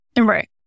Right